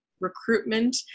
recruitment